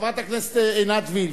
חברת הכנסת עינת וילף,